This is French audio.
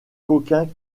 coquins